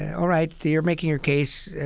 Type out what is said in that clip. all right, you're making your case.